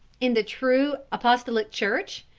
in the true apostolic church?